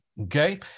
okay